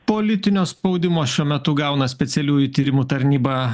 politinio spaudimo šiuo metu gauna specialiųjų tyrimų tarnyba